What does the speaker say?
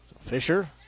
Fisher